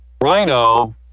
Rhino